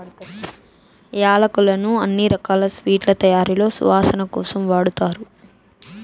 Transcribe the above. యాలక్కులను అన్ని రకాల స్వీట్ల తయారీలో సువాసన కోసం వాడతారు